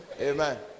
Amen